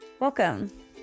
Welcome